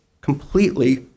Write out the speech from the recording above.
completely